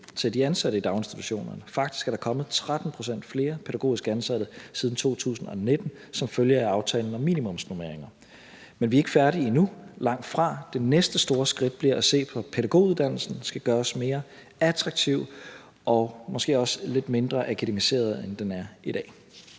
til de ansatte i daginstitutionerne. Faktisk er der kommet 13 pct. flere pædagogisk ansatte siden 2019 som følge af aftalen om minimumsnormeringer. Men vi er ikke færdige endnu, langtfra. Det næste store skridt bliver at se på at gøre pædagoguddannelsen mere attraktiv og måske også lidt mindre akademiseret, end den er i dag.